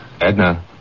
Edna